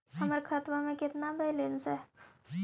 हमर खतबा में केतना बैलेंस हई?